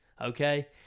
Okay